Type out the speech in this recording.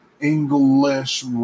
English